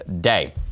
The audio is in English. day